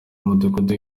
mudugudu